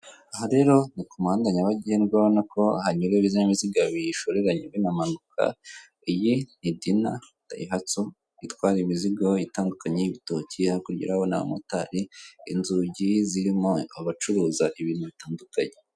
Aha rero ni ku muhanda nyabagendwa urabona ko hanyura ibinyabiziga bishoreranye binamanuka, iyi ni dina dayihatso, itwara imizigo itandukanye ibitoki hakurya urabona umumotari, inzugi zirimo abacuruza ibintu bitandukanye.